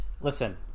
Listen